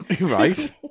Right